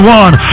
one